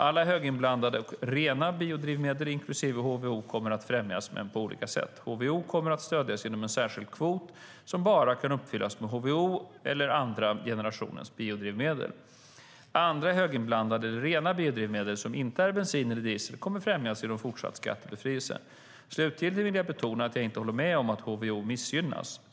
Alla höginblandade och rena biodrivmedel, inklusive HVO, kommer att främjas men på olika sätt. HVO kommer att stödjas genom en särskild kvot som bara får uppfyllas med HVO eller andra andra generationens biodrivmedel. Andra höginblandade eller rena biodrivmedel, som inte är bensin eller diesel, kommer att främjas genom fortsatt skattebefrielse. Slutligen vill jag betona att jag inte håller med om att HVO missgynnas.